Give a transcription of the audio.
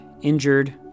injured